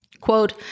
quote